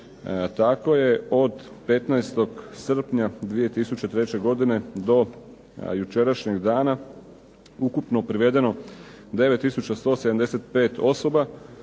Tako je od srpnja 2003. godine do jučerašnjeg dana ukupno privedeno 9175 osoba,